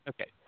Okay